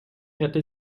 hätte